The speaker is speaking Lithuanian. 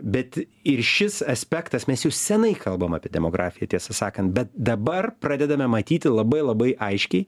bet ir šis aspektas mes jau senai kalbam apie demografiją tiesą sakant bet dabar pradedame matyti labai labai aiškiai